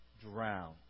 drown